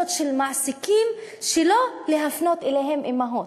של מעסיקים שלא להפנות אליהן אימהות.